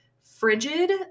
frigid